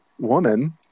woman